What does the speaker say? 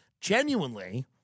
Genuinely